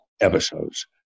episodes